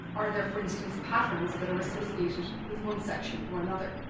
are there, for instance, patterns that are associated with one section or another?